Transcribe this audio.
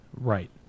Right